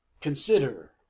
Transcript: Consider